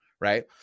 right